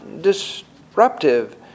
disruptive